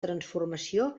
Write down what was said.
transformació